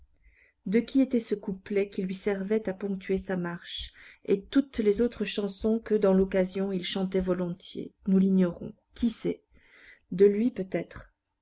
de qui était ce couplet qui lui servait à ponctuer sa marche et toutes les autres chansons que dans l'occasion il chantait volontiers nous l'ignorons qui sait de lui peut-être